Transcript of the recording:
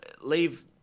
leave